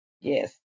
Yes